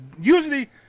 usually